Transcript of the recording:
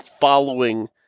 following